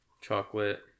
chocolate